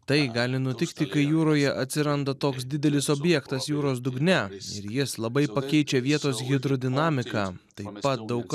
tai gali nutikti kai jūroje atsiranda toks didelis objektas jūros dugne ir jis labai pakeičia vietos hidrodinamiką taip pat daug